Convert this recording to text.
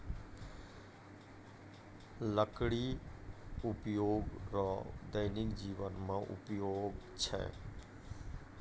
लकड़ी उपयोग रो दैनिक जिवन मे उपयोग छै